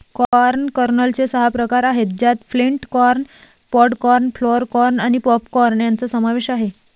corn कर्नलचे सहा प्रकार आहेत ज्यात flint corn, pod corn, flour corn आणि पॉप कॉर्न यांचा समावेश आहे